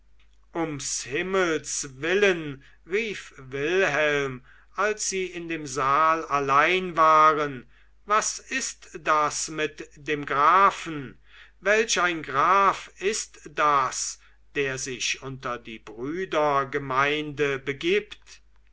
um s himmels willen rief wilhelm als sie in dem saal allein waren was ist das mit dem grafen welch ein graf ist das der sich unter die brüdergemeinde begibt